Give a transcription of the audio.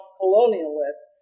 colonialist